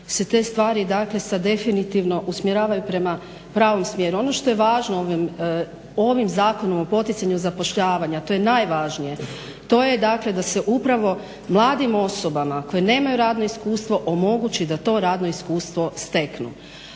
se te stvari sad definitivno usmjeravaju prema pravom smjeru. Ono što je važno ovim Zakonom o poticanju zapošljavanja to je najvažnije, to je dakle da se upravo mladim osobama koje nemaju radno iskustvo omogući da to radno iskustvo steknu,